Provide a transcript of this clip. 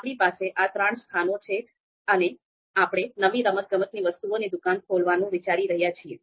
આપણી પાસે આ ત્રણ સ્થાનો છે અને આપણે નવી રમતગમતની વસ્તુઓની દુકાન ખોલવાનું વિચારી રહ્યા છીએ